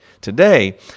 Today